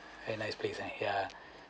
a nice place ah ya